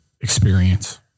experience